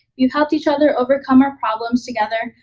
we've helped each other overcome our problems together,